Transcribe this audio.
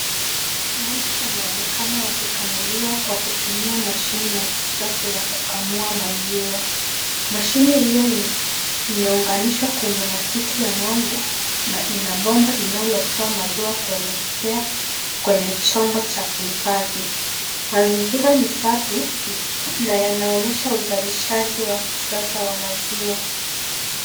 Ng'ombe wanaonekana wakikamuliwa kwa kutumia mashine ya kisasa ya kukamua maziwa. Mashine hiyo, imeunganishwa kwenye matiti ya ng'ombe na ina bomba linalotoa maziwa kuelekea kwenye chombo cha kuhifadhi. Mazingira ni safi, na yanaonyesha uzalishaji wa kisasa wa maziwa.